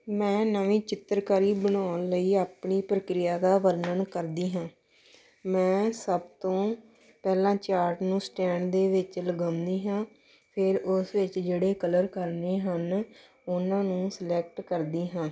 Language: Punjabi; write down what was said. ਮੈਂ ਨਵੀਂ ਚਿੱਤਰਕਾਰੀ ਬਣਾਉਣ ਲਈ ਆਪਣੀ ਪ੍ਰਕਿਰਿਆ ਦਾ ਵਰਣਨ ਕਰਦੀ ਹਾਂ ਮੈਂ ਸਭ ਤੋਂ ਪਹਿਲਾਂ ਚਾਟ ਨੂੰ ਸਟੈਂਡ ਦੇ ਵਿੱਚ ਲਗਾਉਂਦੀ ਹਾਂ ਫਿਰ ਉਸ ਵਿੱਚ ਜਿਹੜੇ ਕਲਰ ਕਰਨੇ ਹਨ ਉਹਨਾਂ ਨੂੰ ਸਲੈਕਟ ਕਰਦੀ ਹਾਂ